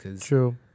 True